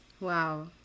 wow